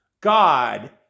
God